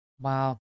Wow